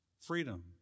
Freedom